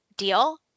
deal